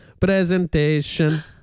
presentation